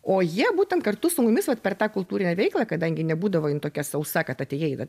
o jie būtent kartu su mumis vat per tą kultūrinę veiklą kadangi nebūdavo jinai tokia sausa kad atėjai va